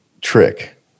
trick